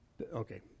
okay